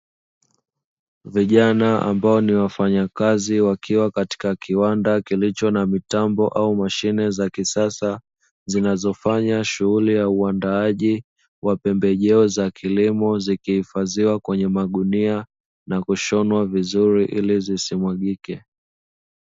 Vijana ambao ni wafanyakazi wakiwa katika kiwanda kilicho na mitambo au mashine za kisasa, zinazofanya shughuli ya uandaaji wa pembejeo za kilimo, zikihifadhiwa kwenye magunia na kushonwa vizuri ili zisimwagike.